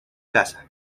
casa